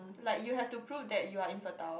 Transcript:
like you have to prove that you're infertile